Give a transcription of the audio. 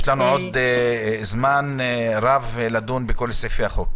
יש לנו עוד זמן רב לדון בכל סעיפי החוק.